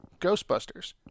Ghostbusters